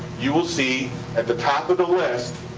you will see at the top of the list,